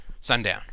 sundown